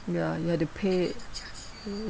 ya you have to pay